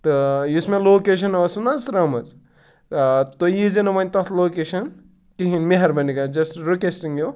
تہٕ یُس مےٚ لوکیشَن ٲسٕو نہ حظ ترٛٲومٕژ تُہۍ یی زِ نہٕ وۄنۍ تَتھ لوکیشَن کِہینۍ مہربٲنی جسٹ رِکٮ۪سٹِنٛگ یوٗ